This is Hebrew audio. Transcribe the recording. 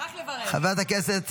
חברת הכנסת